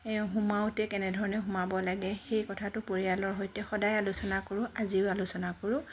সোমাওঁতে কেনেধৰণে সোমাব লাগে সেই কথাটো পৰিয়ালৰ সৈতে সদায় আলোচনা কৰোঁ আজিও আলোচনা কৰোঁ